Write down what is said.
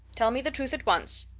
tell me the truth at once.